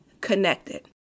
connected